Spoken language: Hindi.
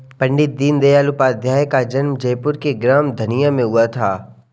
पण्डित दीनदयाल उपाध्याय का जन्म जयपुर के ग्राम धनिया में हुआ था